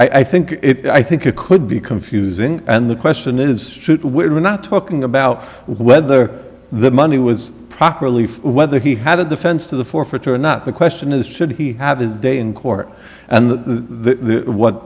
so i think i think it could be confusing and the question is should we're not talking about whether the money was properly whether he had a defense to the forfeiture or not the question is should he have his day in court and